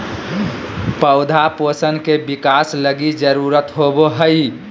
पौधा पोषण के बिकास लगी जरुरत होबो हइ